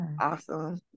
awesome